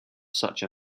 such